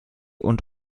und